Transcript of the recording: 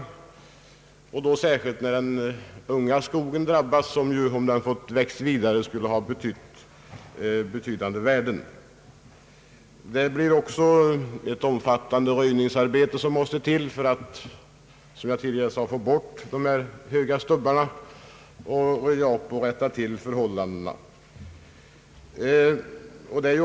Detta gäller särskilt när den unga skogen drabbas, vilken, om den fått växa vidare, skulle ha inneburit betydande värden, Ett omfattande röjningsarbete måste sättas in för att få bort de höga stubbarna och för att rätta till förhållandena.